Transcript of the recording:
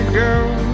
girl